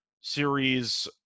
series